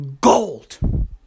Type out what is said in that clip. gold